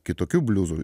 kitokių bliuzų